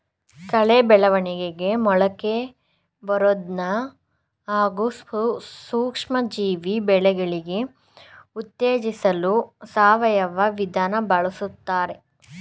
ಕಳೆ ಬೆಳವಣಿಗೆ ಮೊಳಕೆಬರೋದನ್ನ ಹಾಗೂ ಸೂಕ್ಷ್ಮಜೀವಿ ಬೆಳವಣಿಗೆ ಉತ್ತೇಜಿಸಲು ಸಾವಯವ ವಿಧಾನ ಬಳುಸ್ತಾರೆ